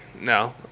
No